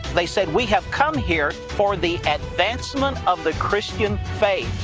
they said we have come here for the advancement of the christian faith.